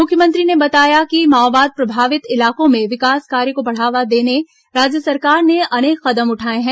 मुख्यमंत्री ने बताया कि माओवाद प्रभावित इलाकों में विकास कार्य को बढ़ावा देने राज्य सरकार ने अनेक कदम उठाए हैं